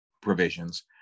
provisions